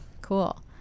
Cool